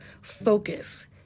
focus